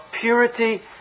purity